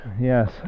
Yes